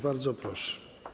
Bardzo proszę.